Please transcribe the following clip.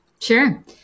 Sure